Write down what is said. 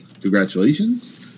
Congratulations